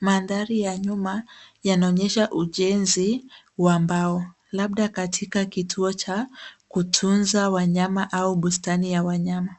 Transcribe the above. Mandhari ya nyuma yanaonyesha ujenzi wa mbao, labda katika kituo cha kutunza wanyama au bustani ya wanyama.